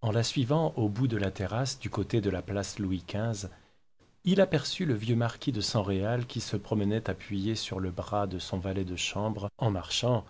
en la suivant au bout de la terrasse du côté de la place louis xv il aperçut le vieux marquis de san réal qui se promenait appuyé sur le bras de son valet de chambre en marchant